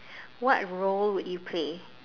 what role would you play